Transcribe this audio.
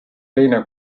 teine